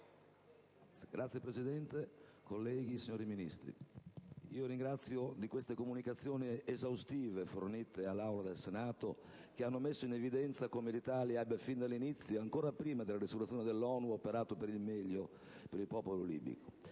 Signora Presidente, colleghi, signori Ministri, ringrazio il Governo per queste comunicazioni esaustive fornite all'Aula del Senato, che hanno messo in evidenza come l'Italia abbia fin dall'inizio, ancora prima della risoluzione dell'ONU, operato per il meglio a favore del popolo libico.